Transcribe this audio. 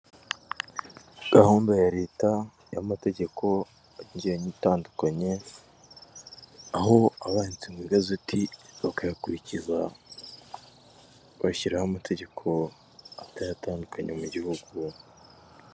Gahunda ya Leta y'amategeko agiye atandukanye, aho aba yanditse mu igazeti, bakayakurikiza bashyiraho amategeko atayatandukanya mu gihugu.